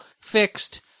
fixed